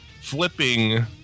flipping